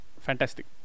fantastic